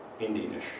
Indianish